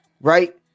right